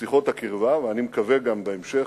לשיחות הקרבה, ואני מקווה גם בהמשך,